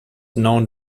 known